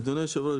אדוני היושב ראש,